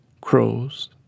crows